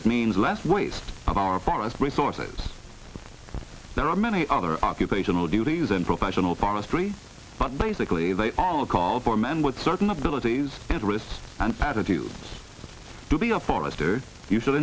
it means less waste of our forest resources there are many other occupational duties and professional forestry but basically they all call for men with certain abilities interests and attitudes to be a forester you should